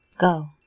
Go